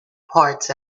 parts